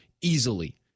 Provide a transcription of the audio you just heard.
easily